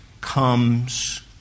comes